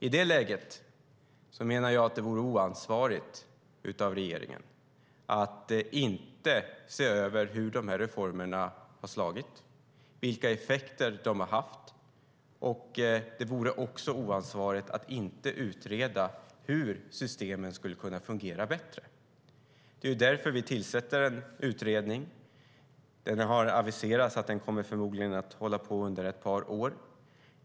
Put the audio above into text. I det läget menar jag att det vore oansvarigt av regeringen att inte se över hur reformerna har slagit, vilka effekter de har haft. Det vore också oansvarigt att inte utreda hur systemen kan fungera bättre. Det är därför vi tillsätter en utredning. Det har aviserats att den förmodligen kommer att arbeta under ett par år.